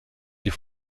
die